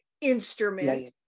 instrument